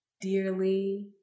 dearly